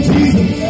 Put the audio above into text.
Jesus